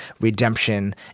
redemption